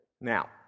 Now